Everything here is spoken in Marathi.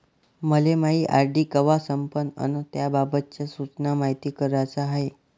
मले मायी आर.डी कवा संपन अन त्याबाबतच्या सूचना मायती कराच्या हाय